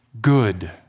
good